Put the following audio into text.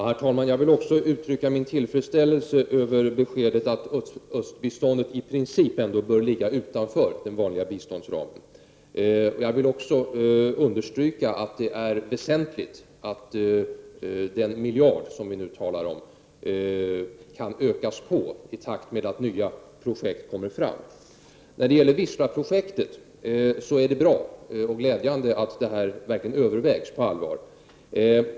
Herr talman! Jag vill också uttrycka min tillfredsställelse över beskedet att Östeuropabiståndet i princip ändå bör ligga utanför den vanliga biståndsramen. Jag vill också understryka att det är väsentligt att det anslag som vi nu talar om, 1 miljard, kan utökas i takt med att nya projekt tillkommer. Det är glädjande att Wista-projektet verkligen övervägs på allvar.